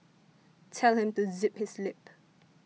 tell him to zip his lip